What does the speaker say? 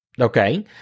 Okay